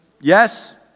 Yes